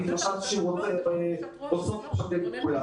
אני התרשמתי שהם רוצים לשתף פעולה.